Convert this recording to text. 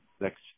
next